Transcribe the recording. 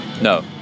No